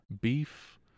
Beef